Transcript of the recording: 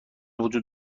وجود